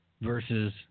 versus